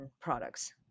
products